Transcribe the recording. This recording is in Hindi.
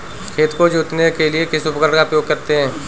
खेत को जोतने के लिए किस उपकरण का उपयोग करते हैं?